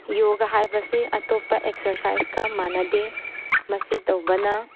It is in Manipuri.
ꯌꯣꯒ ꯍꯥꯏꯕꯁꯤ ꯑꯇꯣꯞꯄ ꯑꯦꯛꯁꯔꯁꯥꯏꯁꯀ ꯃꯥꯟꯅꯗꯦ ꯃꯁꯤ ꯇꯧꯕꯅ